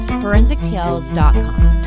forensictales.com